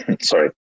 Sorry